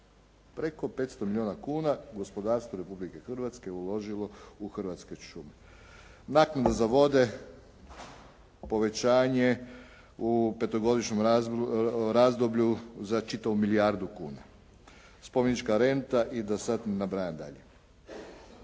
preko 500 milijuna kuna gospodarstvo Republike Hrvatske je uložilo u Hrvatske šume. Naknada za vode, povećanje u petogodišnjem razdoblju za čitavu milijardu kuna, spomenička renta i da sad ne nabrajam dalje.